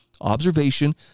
observation